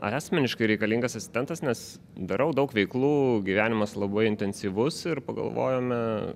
asmeniškai reikalingas asistentas nes darau daug veiklų gyvenimas labai intensyvus ir pagalvojome